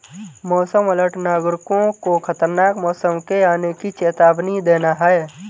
मौसम अलर्ट नागरिकों को खतरनाक मौसम के आने की चेतावनी देना है